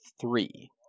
three